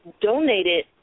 donated